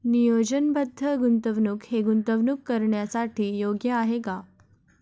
नियोजनबद्ध गुंतवणूक हे गुंतवणूक करण्यासाठी योग्य आहे का?